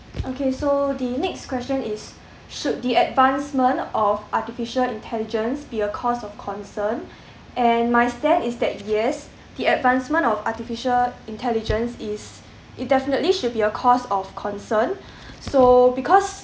okay so the next question is should the advancement of artificial intelligence be a cause of concern and my stand is that yes the advancement of artificial intelligence is it definitely should be a cause of concern so because